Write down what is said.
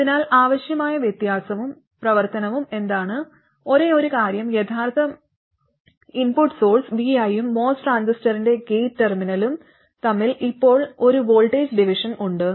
അതിനാൽ അവശ്യമായ വ്യത്യാസവും പ്രവർത്തനവും എന്താണ് ഒരേയൊരു കാര്യം യഥാർത്ഥ ഇൻപുട്ട് സോഴ്സ് vi യും MOS ട്രാൻസിസ്റ്ററിന്റെ ഗേറ്റ് ടെർമിനലും തമ്മിൽ ഇപ്പോൾ ഒരു വോൾട്ടേജ് ഡിവിഷൻ ഉണ്ട്